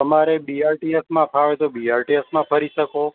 તમારે બીઆરટીએસ માં ફાવે તો બીઆરટીએસ માં ફરી શકો